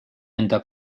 enda